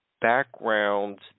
background